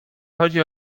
chodzi